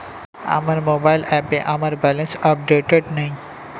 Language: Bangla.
আমার মোবাইল অ্যাপে আমার ব্যালেন্স আপডেটেড নেই